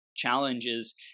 challenges